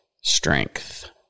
strength